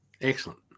Excellent